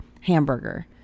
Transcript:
hamburger